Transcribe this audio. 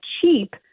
cheap